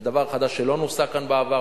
זה דבר חדש שלא נוסה כאן בעבר,